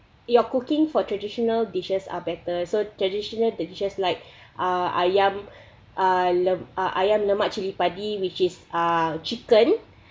you're cooking for traditional dishes are better so traditional the dishes like ah ayam uh lem~ ah ayam lemak cili padi which is uh chicken